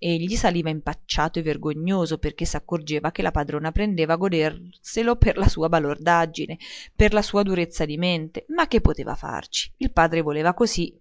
egli saliva impacciato e vergognoso perché s'accorgeva che la padrona prendeva a goderselo per la sua balordaggine per la sua durezza di mente ma che poteva farci il padre voleva così